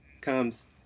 comes